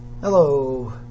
Hello